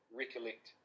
recollect